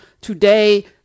Today